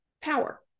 power